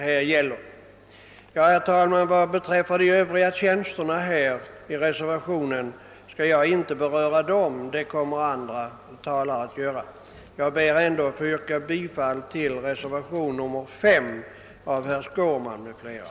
Herr talman! Vad beträffar de övriga tjänster som det talas om i reservationen skall jag inte beröra dem eftersom andra talare kommer att göra det. Jag ber att få yrka bifall till reservationen 5 av herr Skårman m.fl.